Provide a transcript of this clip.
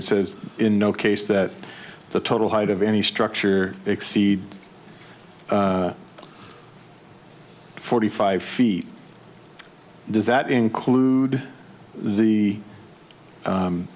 it says in no case that the total height of any structure exceed forty five feet does that include the